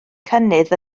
cynnydd